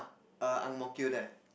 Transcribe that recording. err Ang-Mo-Kio there